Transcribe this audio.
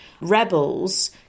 rebels